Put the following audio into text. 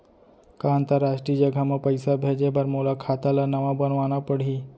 का अंतरराष्ट्रीय जगह म पइसा भेजे बर मोला खाता ल नवा बनवाना पड़ही?